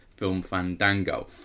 filmfandango